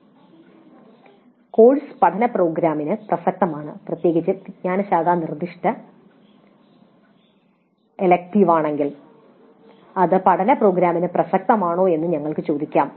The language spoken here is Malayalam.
"കോഴ്സ് പഠന പ്രോഗ്രാമിന് പ്രസക്തമാണ്" ഇത് പ്രത്യേകിച്ചും വിജ്ഞാനശാഖാ നിർദ്ദിഷ്ട ഇലക്ടീവ് ആണെങ്കിൽ അത് പഠന പ്രോഗ്രാമിന് പ്രസക്തമാണോ എന്ന് ഞങ്ങൾക്ക് ചോദിക്കാം